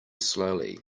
slowly